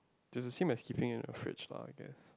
does it seem as keeping it in the fridge lah I guess